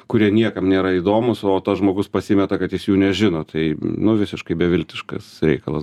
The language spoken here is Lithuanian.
kurie niekam nėra įdomūs o tas žmogus pasimeta kad jis jų nežino tai nu visiškai beviltiškas reikalas